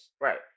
Right